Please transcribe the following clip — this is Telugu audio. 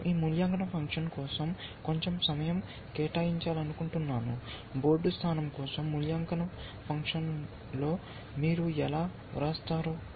నేను ఈ మూల్యాంకన ఫంక్షన్ కోసం కొంచెం సమయం కేటాయించాలనుకుంటున్నాను బోర్డు స్థానం కోసం మూల్యాంకన ఫంక్షన్ లో మీరు ఎలా వ్రాస్తారు